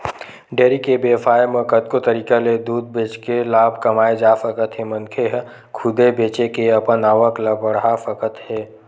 dairy के बेवसाय म कतको तरीका ले दूद बेचके लाभ कमाए जा सकत हे मनखे ह खुदे दूद बेचे के अपन आवक ल बड़हा सकत हे